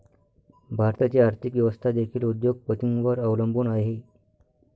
भारताची आर्थिक व्यवस्था देखील उद्योग पतींवर अवलंबून आहे